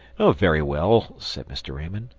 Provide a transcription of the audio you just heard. very well, said mr. raymond,